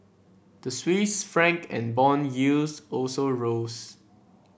the Swiss Franc and bond yields also rose